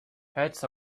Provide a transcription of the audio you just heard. hats